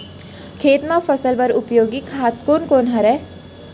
खेत म फसल बर उपयोगी खाद कोन कोन हरय?